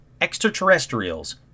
extraterrestrials